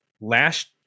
Last